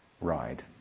ride